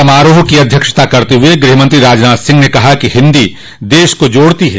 समारोह की अध्यक्षता करते हुए गृहमंत्री राजनाथ सिंह ने कहा कि हिन्दी देश को जोड़ती है